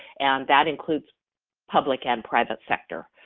and that includes public and private sector.